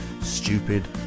stupid